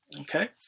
okay